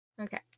okay